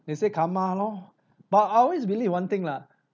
they said karma loh but I always believe in one thing lah